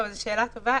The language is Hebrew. זו שאלה טובה.